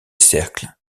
cercles